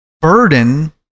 burden